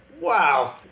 wow